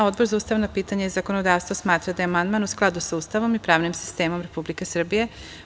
Odbor za ustavna pitanja i zakonodavstvo smatra da je amandman u skladu sa Ustavom i pravnim sistemom Republike Srbije.